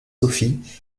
sophie